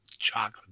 Chocolate